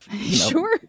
Sure